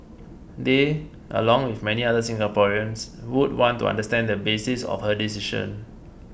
they along with many other Singaporeans would want to understand the basis of her decision